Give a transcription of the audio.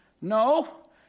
No